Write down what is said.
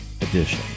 edition